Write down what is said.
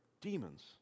demons